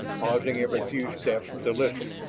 pausing every few steps to listen.